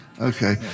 Okay